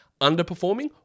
underperforming